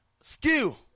skill